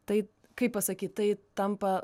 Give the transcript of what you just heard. tai kaip pasakyt tai tampa